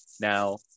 Now